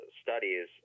studies